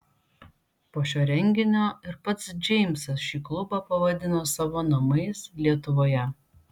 po šio renginio ir pats džeimsas šį klubą pavadino savo namais lietuvoje